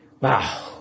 Wow